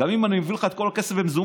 גם אם אני אביא לך את כל הכסף במזומן,